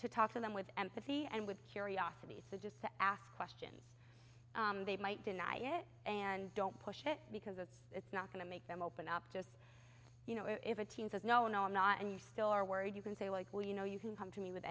to talk to them with empathy and with curiosity so just to ask a question they might deny it and don't push it because it's not going to make them open up just you know if a team says no no i'm not and you still are worried you can say like well you know you can come to me with